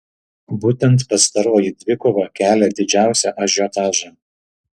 būtent pastaroji dvikova kelia didžiausią ažiotažą